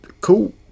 cool